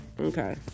Okay